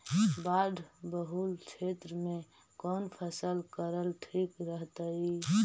बाढ़ बहुल क्षेत्र में कौन फसल करल ठीक रहतइ?